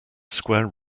square